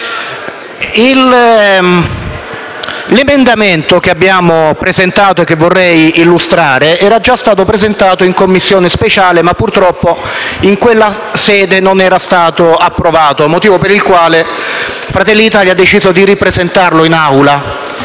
L'emendamento che abbiamo presentato e che vorrei illustrare era stato già presentato in Commissione speciale per gli atti urgenti del Governo, ma purtroppo in quella sede non era stato approvato, motivo per il quale Fratelli d'Italia ha deciso di ripresentarlo in Aula.